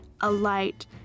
alight